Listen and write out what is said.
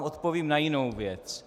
Odpovím vám na jinou věc.